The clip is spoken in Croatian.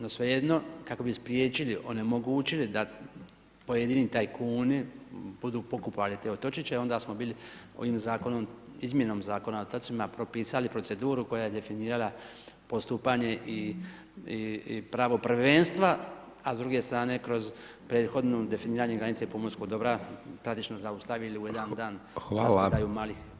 No svejedno kako bi spriječili, onemogućili da pojedini tajkuni budu pokupovali te otočiće onda smo bili ovim zakonom, izmjenom zakona o otocima propisali proceduru koja je definirala postupanje i pravo prvenstva, a s druge strane ne kroz prethodno definiranje granice pomorskog dobra praktički zaustavili u jedan dan rasprodaju malih otočića.